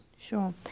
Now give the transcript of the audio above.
Sure